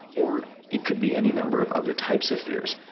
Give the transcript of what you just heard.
or it could be any number of other types of fears.